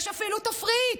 יש אפילו תפריט: